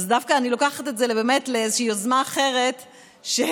אז דווקא אני לוקחת את זה באמת לאיזושהי יוזמה אחרת בכל,